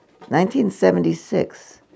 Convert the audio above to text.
1976